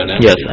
Yes